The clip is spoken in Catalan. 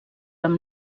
amb